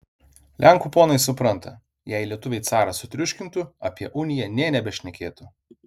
lenkų ponai supranta jei lietuviai carą sutriuškintų apie uniją nė nebešnekėtų